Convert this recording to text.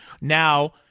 now